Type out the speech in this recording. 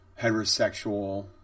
heterosexual